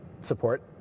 support